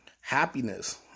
happiness